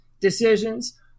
decisions